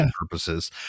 purposes